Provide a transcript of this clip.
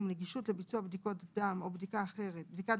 נגישות לביצוע בדיקת דם או בדיקה אחרת,